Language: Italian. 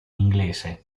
inglese